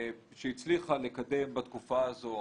שהצליחה לקדם בתקופה הזו